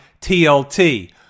TLT